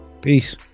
Peace